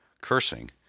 Cursing